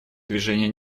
движения